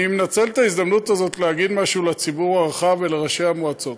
אני מנצל את ההזדמנות הזאת להגיד משהו לציבור הרחב ולראשי המועצות.